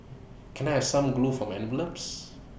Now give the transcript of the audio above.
can I have some glue for my envelopes